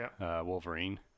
Wolverine